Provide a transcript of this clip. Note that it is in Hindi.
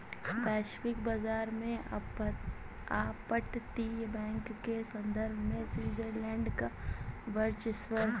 वैश्विक बाजार में अपतटीय बैंक के संदर्भ में स्विट्जरलैंड का वर्चस्व है